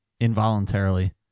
involuntarily